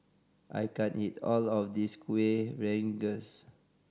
I can't eat all of this Kuih Rengas